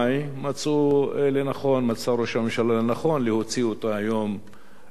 מצא ראש הממשלה לנכון להוציא אותה היום לפועל,